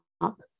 up